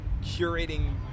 curating